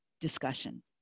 discussion